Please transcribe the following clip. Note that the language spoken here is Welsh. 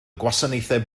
gwasanaethau